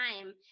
time